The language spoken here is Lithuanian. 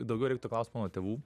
daugiau reiktų klaust mano tėvų